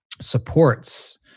supports